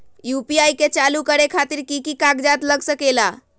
UPI के चालु करे खातीर कि की कागज़ात लग सकेला?